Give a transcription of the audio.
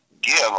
give